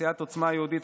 סיעת עוצמה יהודית,